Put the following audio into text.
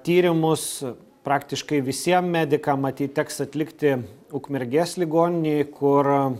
tyrimus praktiškai visiem medikam matyt teks atlikti ukmergės ligoninėj kur